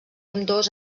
ambdós